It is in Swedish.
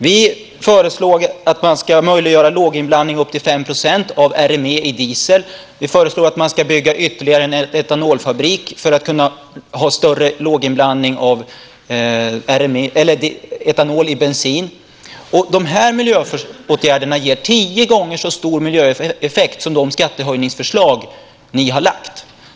Vi föreslår att man möjliggör låginblandning av upp till 5 % RME i diesel. Vi föreslår byggande av ytterligare en etanolfabrik för att kunna ha större inblandning av etanol i bensin. Dessa miljöåtgärder ger tio gånger så stor miljöeffekt som de skattehöjningsförslag ni har lagt fram.